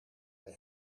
hij